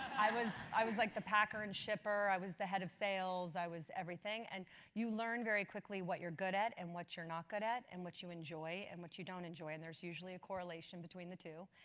i was i was like the packer and shipper. i was the head of sales, i was everything. and you learn very quickly what you're good at and what you're not good at, and what you enjoy, and what you don't enjoy, and there's usually a correlation between the two.